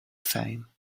fame